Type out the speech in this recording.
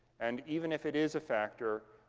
and even if it is a factor,